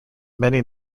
many